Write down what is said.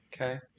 Okay